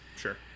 Sure